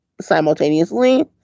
simultaneously